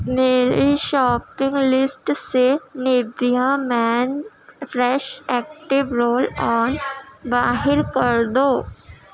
میری shopping list سے Nivea men fresh active roll on باہر کر دو